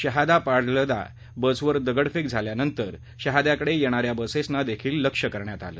शहादा पाडळदा बसवर दगडफेक झाल्यानंतर शहाद्याकडे येणाऱ्या बसेसना देखील लक्ष करण्यात आलं